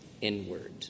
inward